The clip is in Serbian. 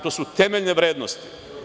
To su temeljne vrednosti.